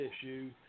issue